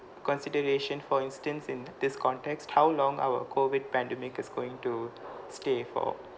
consideration for instance in this context how long our COVID pandemic is going to stay for